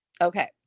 Okay